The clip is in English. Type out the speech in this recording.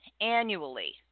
annually